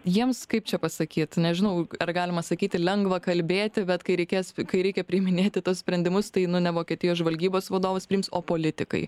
jiems kaip čia pasakyt nežinau ar galima sakyti lengva kalbėti bet kai reikės kai reikia priiminėti tuos sprendimus tai nu ne vokietijos žvalgybos vadovas priims o politikai